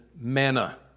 manna